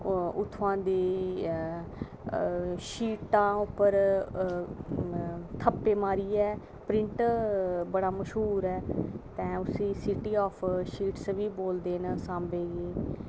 इत्थुआं दी शीटां उप्पर ठप्पे मारियै प्रिंट बड़ा मशहूर ऐ तां उसी सिटी ऑफ शीट्स बी बोलदे न सांबै गी